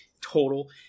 total